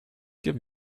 give